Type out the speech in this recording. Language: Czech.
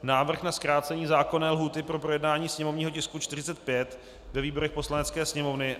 Návrh na zkrácení zákonné lhůty pro projednání sněmovního tisku 45 ve výborech Poslanecké sněmovny